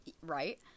Right